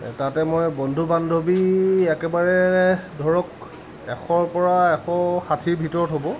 তাতে মই বন্ধু বান্ধৱী একেবাৰে ধৰক এশৰ পৰা এশ ষাঠিৰ ভিতৰত হ'ব